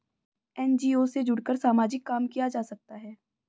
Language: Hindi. एन.जी.ओ से जुड़कर सामाजिक काम किया जा सकता है